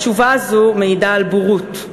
התשובה הזו מעידה על בורות.